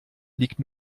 liegt